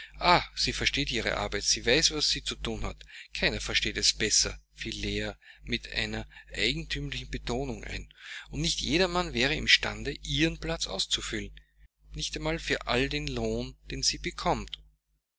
sie versteht ihre arbeit sie weiß was sie zu thun hat keiner versteht es besser fiel leah mit einer eigentümlichen betonung ein und nicht jeder mann wäre imstande ihren platz auszufüllen nicht einmal für all den lohn den sie bekommt